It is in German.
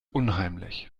unheimlich